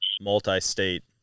multi-state